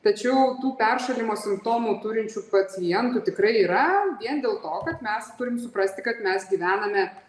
tačiau tų peršalimo simptomų turinčių pacientų tikrai yra vien dėl to kad mes turim suprasti kad mes gyvename